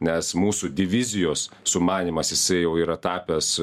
nes mūsų divizijos sumanymas jisai jau yra tapęs